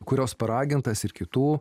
kurios paragintas ir kitų